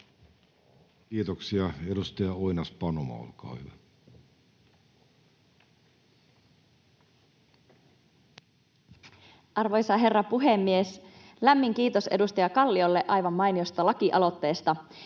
muuttamisesta Time: 14:56 Content: Arvoisa herra puhemies! Lämmin kiitos edustaja Kalliolle aivan mainiosta lakialoitteesta.